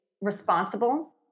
responsible